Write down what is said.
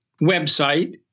website